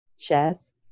shares